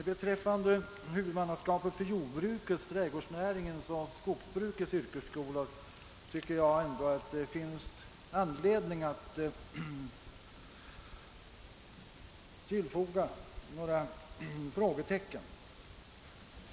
Beträffande huvudmannaskapet för jordbrukets, trädgårdsnäringens och skogsbrukets yrkesskolor tycker jag dock det finns anledning att sätta några frågetecken.